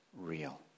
real